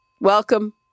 Welcome